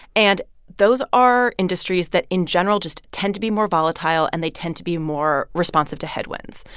and those are industries that, in general, just tend to be more volatile, and they tend to be more responsive to headwinds.